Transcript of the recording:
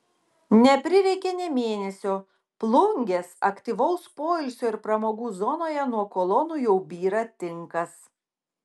neprireikė nė mėnesio plungės aktyvaus poilsio ir pramogų zonoje nuo kolonų jau byra tinkas